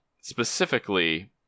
Specifically